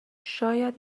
شاید